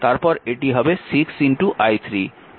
তারপর এটি হবে 6 i3